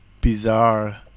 bizarre